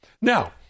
Now